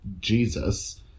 Jesus